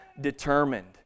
determined